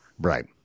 Right